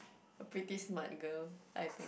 a pretty smart girl I think